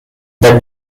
the